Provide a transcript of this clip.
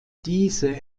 diese